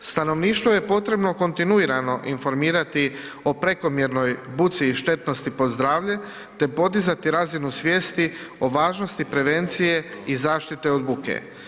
Stanovništvo je potrebno kontinuirano informirati o prekomjernoj buci i štetnosti po zdravlje te podizati razinu svijesti o važnosti prevencije i zaštiti od buke.